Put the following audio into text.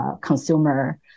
consumer